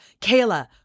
Kayla